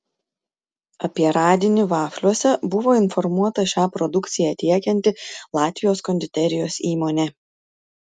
apie radinį vafliuose buvo informuota šią produkciją tiekianti latvijos konditerijos įmonė